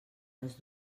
les